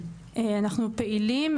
אנחנו פעילים,